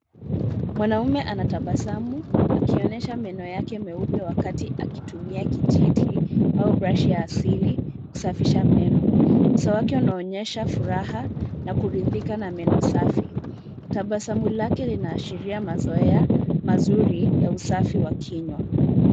Mwanaume anatabasamu, akionyesha meno yake meupe wakati akitumia kijiti au brashi ya asili kusafisha meno. Uso wake unaonyesha furaha na kuridhika na meno safi. Tabasamu lake linaashiria mazoea mazuri ya usafi wa kinywa.